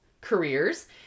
careers